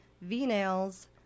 V-Nails